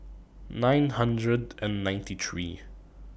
nine hundred and ninety three